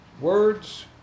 Words